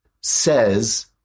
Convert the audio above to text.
says